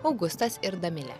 augustas ir domilė